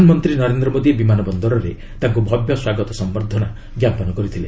ପ୍ରଧାନମନ୍ତ୍ରୀ ନରେନ୍ଦ୍ର ମୋଦି ବିମାନ ବନ୍ଦରରେ ତାଙ୍କୁ ଭବ୍ୟ ସ୍ୱାଗତ ସମ୍ଭର୍ଦ୍ଧନା ଜ୍ଞାପନ କରିଥିଲେ